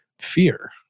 fear